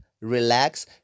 relax